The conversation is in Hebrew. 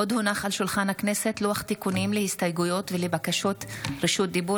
לוח תיקונים להסתייגויות ולבקשות רשות דיבור